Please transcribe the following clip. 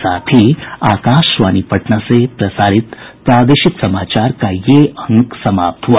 इसके साथ ही आकाशवाणी पटना से प्रसारित प्रादेशिक समाचार का ये अंक समाप्त हुआ